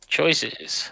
choices